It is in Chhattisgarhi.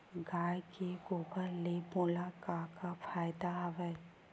गाय के गोबर ले मोला का का फ़ायदा हवय?